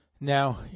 Now